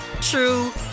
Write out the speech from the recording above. true